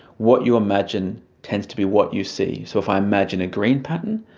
what you imagine tends to be what you see. so if i imagine a green pattern,